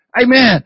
Amen